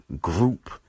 group